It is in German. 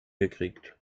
gekriegt